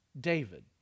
David